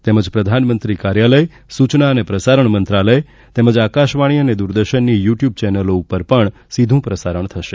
તેમજ પ્રધાનમંત્રી કાર્યાલય સુચના અને પ્રસારણ મંત્રાલય તેમજ આકાશવાણી અને દુરદર્શનની યુ ટયુબ ચેનલો પર પણ સીધુ પ્રસારણ થશે